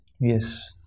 yes